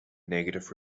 negative